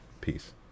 Peace